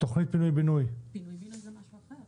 פינוי-בינוי זה משהו אחר.